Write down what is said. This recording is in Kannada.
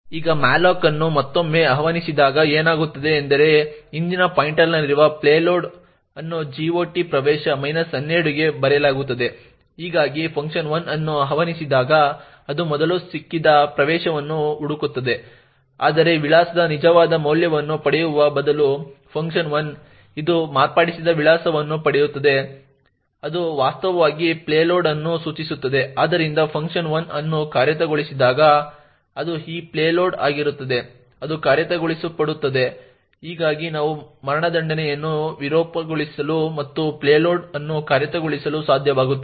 ಈಗ malloc ಅನ್ನು ಮತ್ತೊಮ್ಮೆ ಆಹ್ವಾನಿಸಿದಾಗ ಏನಾಗುತ್ತದೆ ಎಂದರೆ ಹಿಂದಿನ ಪಾಯಿಂಟರ್ನಲ್ಲಿರುವ ಪೇಲೋಡ್ ಅನ್ನು GOT ಪ್ರವೇಶ 12 ಗೆ ಬರೆಯಲಾಗುತ್ತದೆ ಹೀಗಾಗಿ fun1 ಅನ್ನು ಆಹ್ವಾನಿಸಿದಾಗ ಅದು ಮೊದಲು ಸಿಕ್ಕಿದ ಪ್ರವೇಶವನ್ನು ಹುಡುಕುತ್ತದೆ ಆದರೆ ವಿಳಾಸದ ನಿಜವಾದ ಮೌಲ್ಯವನ್ನು ಪಡೆಯುವ ಬದಲು fun 1 ಇದು ಮಾರ್ಪಡಿಸಿದ ವಿಳಾಸವನ್ನು ಪಡೆಯುತ್ತದೆ ಅದು ವಾಸ್ತವವಾಗಿ ಪೇಲೋಡ್ ಅನ್ನು ಸೂಚಿಸುತ್ತದೆ ಆದ್ದರಿಂದ fun1 ಅನ್ನು ಕಾರ್ಯಗತಗೊಳಿಸಿದಾಗ ಅದು ಈ ಪೇಲೋಡ್ ಆಗಿರುತ್ತದೆ ಅದು ಕಾರ್ಯಗತಗೊಳಿಸಲ್ಪಡುತ್ತದೆ ಹೀಗಾಗಿ ನಾವು ಅದನ್ನು ವಿರೂಪಗೊಳಿಸಲು ಮತ್ತು ಪೇಲೋಡ್ ಅನ್ನು ಕಾರ್ಯಗತಗೊಳಿಸಲು ಸಾಧ್ಯವಾಗುತ್ತದೆ